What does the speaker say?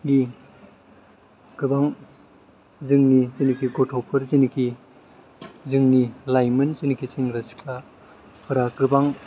गोबां जोंनि गथ'फोर जेनेखि जोंनि लाइमोन जेनेखि सेंग्रा सिख्लाफोरा गोबां